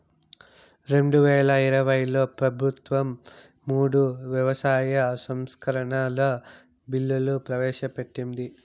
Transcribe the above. రెండువేల ఇరవైలో ప్రభుత్వం మూడు వ్యవసాయ సంస్కరణల బిల్లులు ప్రవేశపెట్టింది